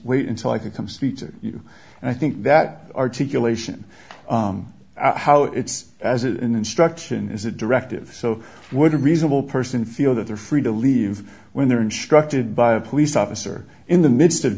wait until i can come speak to you and i think that articulation how it's as an instruction is a directive so would a reasonable person feel that they're free to leave when they're instructed by a police officer in the midst of